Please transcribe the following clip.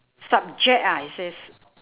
subject ah it says